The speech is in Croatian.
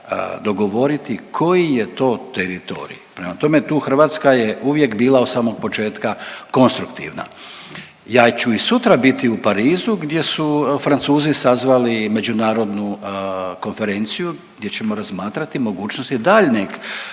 dogovoriti koji je to teritorij. Prema tome, tu Hrvatska je uvijek bila od samog početka konstruktivna. Ja ću i sutra biti u Parizu gdje su Francuzi sazvali međunarodnu konferenciju gdje ćemo razmatrati mogućnosti daljnjeg